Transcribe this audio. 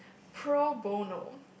pro bono